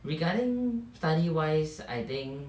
regarding study wise I think